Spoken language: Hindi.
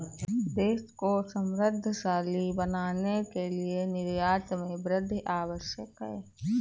देश को समृद्धशाली बनाने के लिए निर्यात में वृद्धि आवश्यक है